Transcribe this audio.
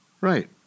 Right